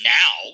now